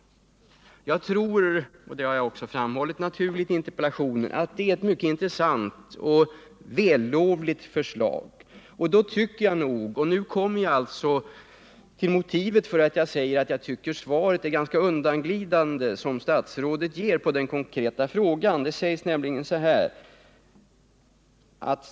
Jag tror — och det har jag också framhållit i interpellationen — att det är ett mycket intressant och välgrundat förslag. Jag kommer nu till motivet för att jag tycker att det svar som statsrådet ger på den konkreta frågan är ganska undanglidande.